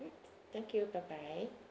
thank you bye bye